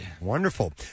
wonderful